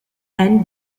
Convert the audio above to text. and